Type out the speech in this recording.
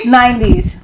90s